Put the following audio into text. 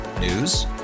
News